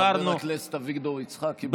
חבר הכנסת אביגדור יצחקי.